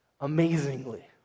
amazingly